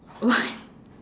what